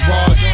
Rod